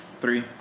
Three